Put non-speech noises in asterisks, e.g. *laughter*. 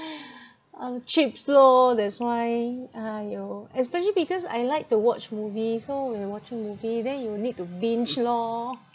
*breath* uh chips lor that's why !aiyo! especially because I like to watch movie so when I watching movie then you will need to binge lor